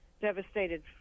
devastated